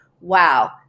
wow